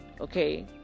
okay